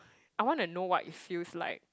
I want to know what it feels like